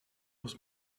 was